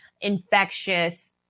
infectious